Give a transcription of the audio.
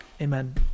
Amen